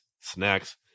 snacks